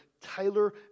Tyler